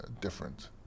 different